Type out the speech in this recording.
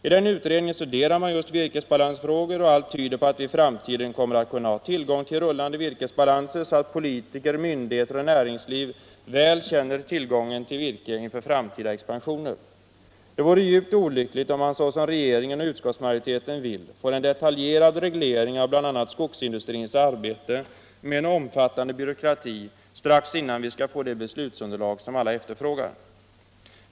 I den utredningen studerar man just virkesbalansfrågor, och allt tyder på att vi i framtiden kommer att kunna ha tillgång till rullande virkesbalanser, så att politiker och myndigheter och näringsliv väl känner tillgången på virke inför framtida expansioner. Det vore djupt olyckligt om man, såsom regeringen och utskottsmajoriteten vill, inför en detaljerad reglering av bl.a. skogsindustrins arbete med en omfattande byråkrati som följd, strax innan vi skall få det beslutsunderlag som alla efterfrågar.